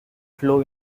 flow